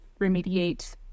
remediate